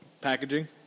packaging